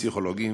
פסיכולוגיים,